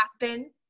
happen